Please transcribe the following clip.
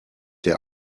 der